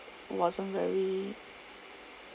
it wasn't very